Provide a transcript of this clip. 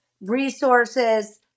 resources